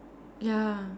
ya